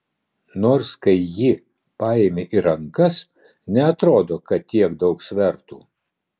nors kai jį paimi į rankas neatrodo kad tiek daug svertų